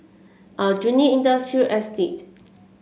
Aljunied Industrial Estate